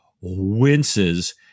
winces